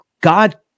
God